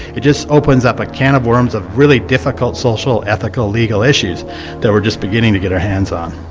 it just opens up a can of worms of really difficult social, ethical, legal issues that we're just beginning to get our hands on.